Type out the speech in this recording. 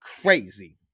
crazy